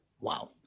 Wow